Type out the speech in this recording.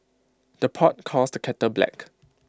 the pot calls the kettle black